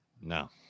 No